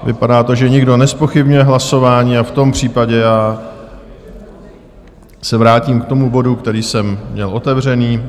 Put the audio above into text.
Vypadá to, že nikdo nezpochybňuje hlasování, a v tom případě se vrátím k bodu, který jsem měl otevřený.